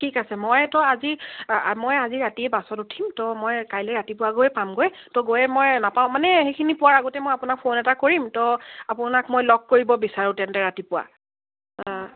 ঠিক আছে মইতো আজি মই আজি ৰাতিয়ে বাছত উঠিম ত' মই কাইলে ৰাতিপুৱা গৈ পামগৈ ত' গৈয়ে মই নাপাওঁ মানে সেইখিনি পোৱাৰ আগতে মই আপোনাক ফোন এটা কৰিম ত' আপোনাক মই লগ কৰিব বিচাৰোঁ তেন্তে ৰাতিপুৱা